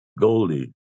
Goldie